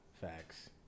Facts